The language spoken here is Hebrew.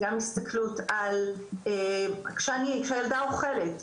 גם הסתכלות על- כשהילדה אוכלת,